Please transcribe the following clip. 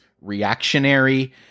reactionary